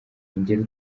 ingero